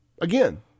again